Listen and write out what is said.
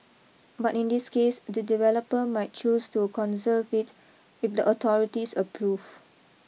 but in this case the developer might choose to conserve it if the authorities approve